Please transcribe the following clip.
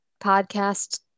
podcast